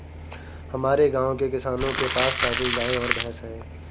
हमारे गाँव के किसानों के पास काफी गायें और भैंस है